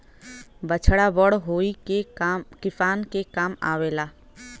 बछड़ा बड़ होई के किसान के काम आवेला